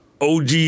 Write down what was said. OG